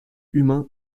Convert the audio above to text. humains